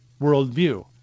worldview